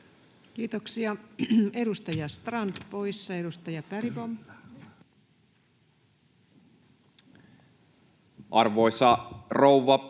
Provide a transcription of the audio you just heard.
Kiitoksia. — Edustaja Strand poissa. — Edustaja Bergbom. Arvoisa rouva